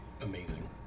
amazing